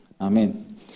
Amen